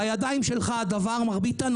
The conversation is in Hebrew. בידיים שלך הדבר, מר ביטן.